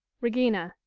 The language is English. regina.